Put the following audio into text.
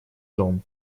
дом